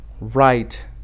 right